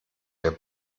der